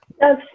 Yes